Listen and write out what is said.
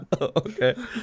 okay